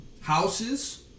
houses